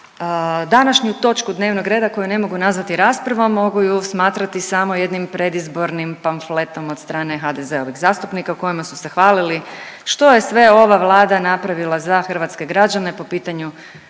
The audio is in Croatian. današnju točku dnevnog reda koju ne mogu nazvati raspravom, mogu ju smatrati samo jednim predizbornim pamfletom od strane HDZ-ovih zastupnika u kojima su se hvalili što je sve ova Vlada napravila za hrvatske građane, po pitanju